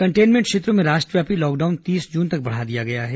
containment क्षेत्रों में राष्ट्रव्यापी ल ॉकडाउन तीस जून तक बढ़ा दिया गया है